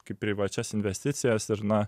kaip privačias investicijas ir na